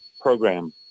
program